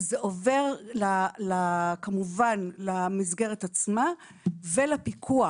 זה עובר למסגרת עצמה ולפיקוח.